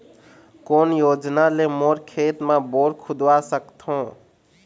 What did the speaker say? कोन योजना ले मोर खेत मा बोर खुदवा सकथों?